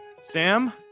Sam